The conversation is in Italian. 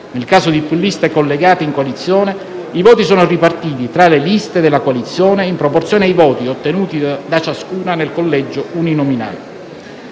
nel caso di più liste collegate in coalizione, i voti sono ripartiti tra le liste della coalizione in proporzione ai voti ottenuti da ciascuna nel collegio uninominale.